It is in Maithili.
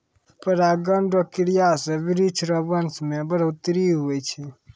परागण रो क्रिया से वृक्ष रो वंश मे बढ़ौतरी हुवै छै